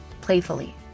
playfully